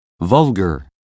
Vulgar